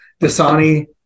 Dasani